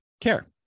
care